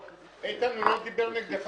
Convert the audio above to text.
איתן, הוא לא דיבר נגדך.